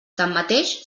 tanmateix